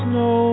no